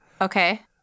Okay